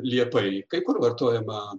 liepai kai kur vartojama